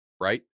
Right